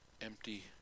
empty